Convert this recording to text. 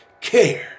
care